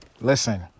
listen